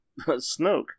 Snoke